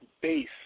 base